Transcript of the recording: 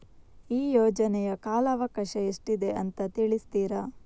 ಈ ಯೋಜನೆಯ ಕಾಲವಕಾಶ ಎಷ್ಟಿದೆ ಅಂತ ತಿಳಿಸ್ತೀರಾ?